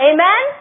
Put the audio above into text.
Amen